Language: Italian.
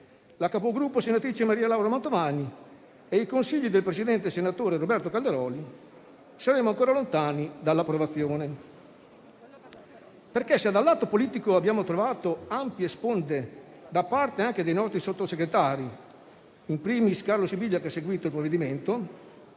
della capogruppo, senatrice Maria Laura Mantovani, e i consigli del presidente, senatore Roberto Calderoli, saremmo ancora lontani dalla sua approvazione. Infatti, se dal lato politico abbiamo trovato ampie sponde da parte anche dei nostri Sottosegretari, *in primis* Carlo Sibilia, che ha seguito il provvedimento,